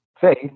faith